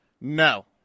no